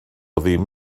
ddim